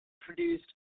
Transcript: produced